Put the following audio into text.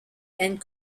and